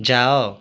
ଯାଅ